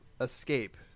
Escape